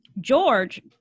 George